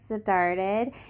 started